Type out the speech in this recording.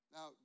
Now